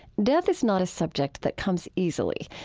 death is not a subject that comes easily,